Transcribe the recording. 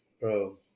bro